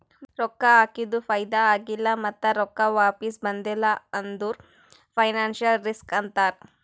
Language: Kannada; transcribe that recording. ರೊಕ್ಕಾ ಹಾಕಿದು ಫೈದಾ ಆಗಿಲ್ಲ ಮತ್ತ ರೊಕ್ಕಾ ವಾಪಿಸ್ ಬಂದಿಲ್ಲ ಅಂದುರ್ ಫೈನಾನ್ಸಿಯಲ್ ರಿಸ್ಕ್ ಅಂತಾರ್